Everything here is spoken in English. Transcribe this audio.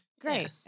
Great